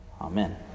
Amen